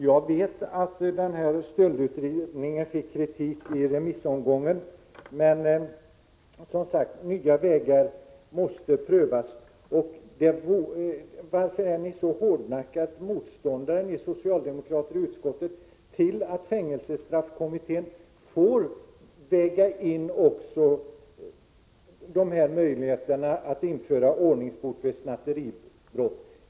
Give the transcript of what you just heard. Jag vet att stöldutredningen fick kritik i remissomgången, men nya vägar måste som sagt prövas. Varför är ni socialdemokrater i utskottet så hårdnackat motståndare till att fängelsestraffkommittén får väga in också möjligheterna att införa ordningsbot vid snatteribrott?